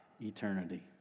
eternity